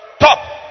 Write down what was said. Top